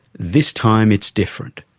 this time it's different.